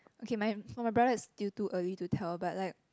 okay my for my brother it's still early to tell but like